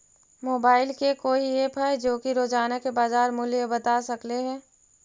Mobile के कोइ app है जो कि रोजाना के बाजार मुलय बता सकले हे?